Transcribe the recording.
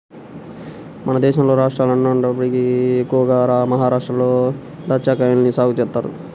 మన దేశంలోని రాష్ట్రాలన్నటిలోకి ఎక్కువగా మహరాష్ట్రలో దాచ్చాకాయల్ని సాగు చేత్తన్నారు